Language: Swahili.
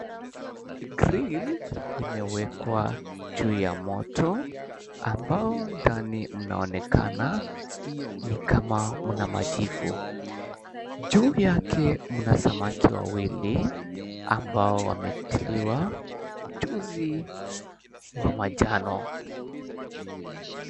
Grill imewekwa juu ya moto ambao ndani mnaonekana ni kama mna machivu. Juu yake mna samaki wawili ambao wametiliwa mchuzi wa manjano.